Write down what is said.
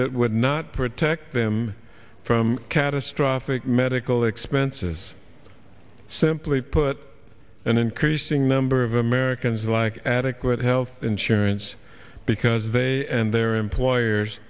that would not protect them from catastrophic medical expenses simply put an increasing number of americans like adequate health insurance because they and their employers